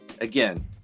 Again